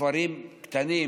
בכפרים קטנים,